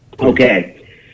Okay